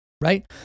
right